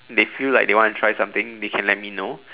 they feel like they want to try something they can let me know